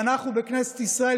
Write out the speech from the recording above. ואנחנו בכנסת ישראל,